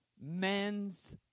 men's